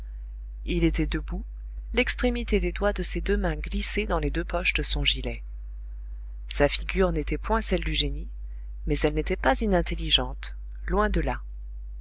il était debout l'extrémité des doigts de ses deux mains glissée dans les deux poches de son gilet sa figure n'était point celle du génie mais elle n'était pas inintelligente loin de là